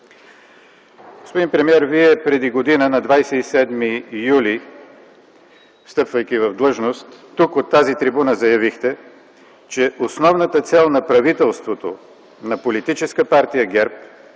Господин премиер, Вие преди година, на 27 юли, встъпвайки в длъжност, тук, от тази трибуна, заявихте, че основната цел на правителството на политическа партия ГЕРБ,